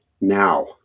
now